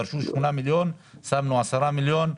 דרשו 8 מיליון, שמנו 10 מיליון.